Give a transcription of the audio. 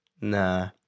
Nah